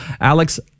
Alex